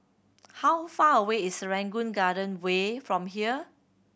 how far away is Serangoon Garden Way from here